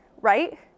right